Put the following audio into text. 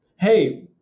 Hey